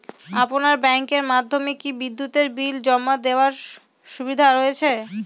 আপনার ব্যাংকের মাধ্যমে কি বিদ্যুতের বিল জমা দেওয়ার সুবিধা রয়েছে?